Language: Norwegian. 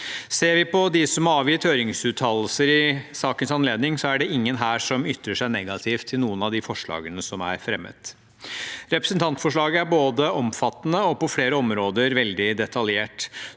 Ser vi på dem som har avgitt høringsuttalelser i sakens anledning, er det ingen her som ytrer seg negativt til noen av de forslagene som er fremmet. Representantforslaget er både omfattende og på flere områder veldig detaljert,